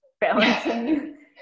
balancing